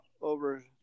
over